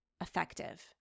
effective